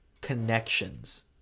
connections